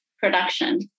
production